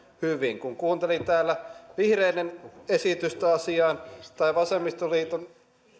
hyvin kun kuuntelin täällä vihreiden esitystä asiasta tai vasemmistoliiton